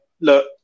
look